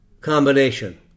combination